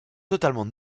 totalement